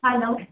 hello